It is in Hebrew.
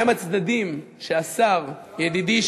מה יהיו המדדים ששר הביטחון ידידי,